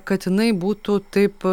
kad jinai būtų taip